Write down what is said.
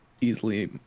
easily